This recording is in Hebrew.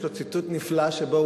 יש לו ציטוט נפלא שבו,